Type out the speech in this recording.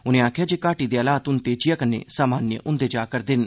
उनें आक्खेआ जे घाटी दे हालात हुन तेजिया कन्नै सामान्य होंदे जा'रदे न